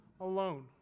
alone